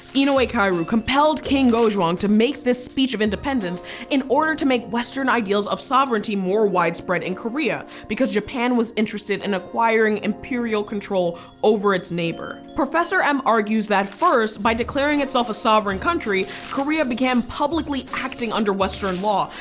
you know kaoru compelled king gojong to make this speech of independence in order to make western ideals of sovereignty more widespread in korea because japan was interested in acquiring imperial control over its neighbor. professor em argues that first, by declaring itself a sovereign country, korea began publicly acting under western law,